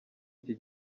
iki